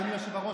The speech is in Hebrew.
אדוני היושב-ראש,